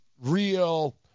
real